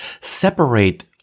separate